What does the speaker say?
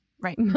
Right